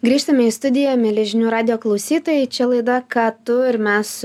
grįžtame į studiją mieli žinių radijo klausytojai čia laida ką tu ir mes